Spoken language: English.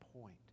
point